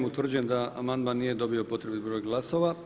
Utvrđujem da amandman nije dobio potrebni broj glasova.